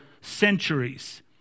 centuries